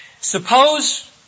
Suppose